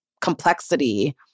complexity